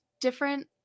different